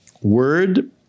word